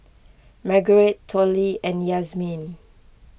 Margurite Tollie and Yazmin